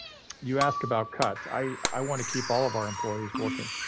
you ask about cuts. i wanna keep all of our employees working.